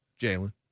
Jalen